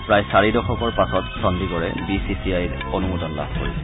প্ৰায় চাৰি দশকৰ পাছত চণ্ডীগড়ে বিচিচিআইৰ অনুমোদন লাভ কৰিছে